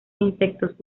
insectos